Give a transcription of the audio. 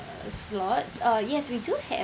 uh slots uh yes we do have